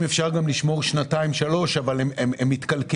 תמרים אפשר לשמור גם שנתיים שלוש אבל הם מתקלקלים,